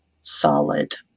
solid